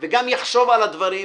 וגם יחשוב על הדברים,